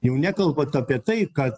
jau nekalbant apie tai kad